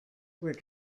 were